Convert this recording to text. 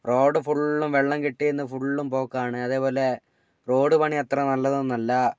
road ഫുള്ളും വെള്ളം കെട്ടി നിന്ന് ഫുള്ളും ബ്ലോക്കാണ് അതേപോലെ റോഡ് പണി അത്ര നല്ലതൊന്നുമല്ല